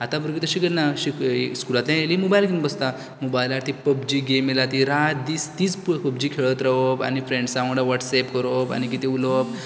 आतां भुरगीं तशीं करना शिक स्कुलांतल्यान येयलीं मोबायल घेवून बसतात मोबायलार ती पब्जी गेम येयल्या ती रात दीस तिच पब्जी खेळत रावप आनी फ्रेंड्सा वांगडा व्हाॅटसॅप करोवप आनी कितें कितें उलोवप